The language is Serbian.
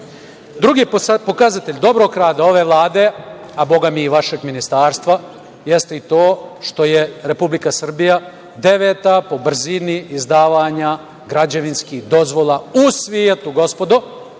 pokazatelj dobrog rada ove Vlade, a Boga mi i vašeg ministarstva jeste i to što je Republika Srbija deveta po brzini izdavanja građevinskih dozvola u svetu gospodo,